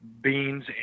beans